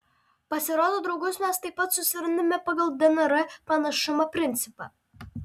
pasirodo draugus mes taip pat susirandame pagal dnr panašumo principą